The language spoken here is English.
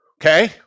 okay